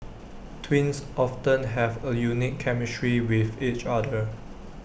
twins often have A unique chemistry with each other